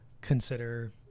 consider